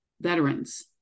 veterans